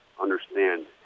understand